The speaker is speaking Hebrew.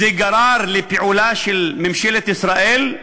זה גרר לפעולה של ממשלת ישראל,